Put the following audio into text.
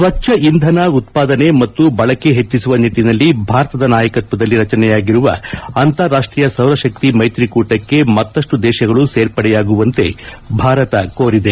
ಸ್ನಚ್ಲ ಇಂಧನ ಉತ್ಸಾದನೆ ಮತ್ತು ಬಳಕೆ ಹೆಚ್ಚಿಸುವ ನಿಟ್ಲಿನಲ್ಲಿ ಭಾರತದ ನಾಯಕತ್ನದಲ್ಲಿ ರಚನೆಯಾಗಿರುವ ಅಂತಾರಾಷ್ಟೀಯ ಸೌರಶಕ್ತಿ ಮ್ಮೆತ್ರಿಕೂಟಕ್ಕೆ ಮತ್ತಷ್ಟು ದೇಶಗಳು ಸೇರ್ಪಡೆಯಾಗುವಂತೆ ಭಾರತ ಕೋರಿದೆ